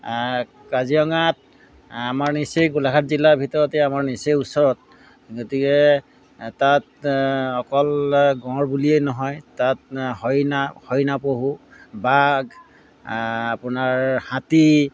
কাজিৰঙাত আমাৰ নিচেই গোলাঘাট জিলাৰ ভিতৰতে আমাৰ নিচেই ওচৰত গতিকে তাত অকল গঁড় বুলিয়েই নহয় তাত হৰিণা হৰিণা পহু বাঘ আপোনাৰ হাতী